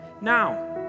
now